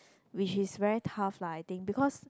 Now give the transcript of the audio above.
which is very tough lah I think because